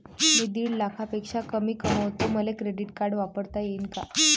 मी दीड लाखापेक्षा कमी कमवतो, मले क्रेडिट कार्ड वापरता येईन का?